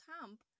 Camp